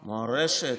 מורשת,